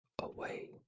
away